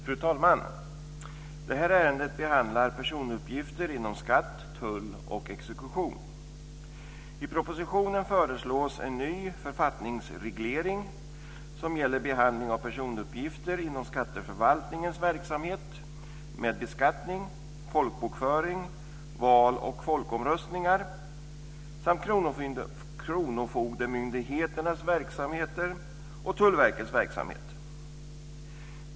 Fru talman! I det här ärendet behandlas personuppgifter inom skatt, tull och exekution. I propositionen föreslås en ny författningsreglering som gäller behandling av personuppgifter inom skatteförvaltningens verksamhet med beskattning, folkbokföring, val och folkomröstningar samt kronofogdemyndigheternas verksamheter och Tullverkets verksamhet.